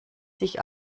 sich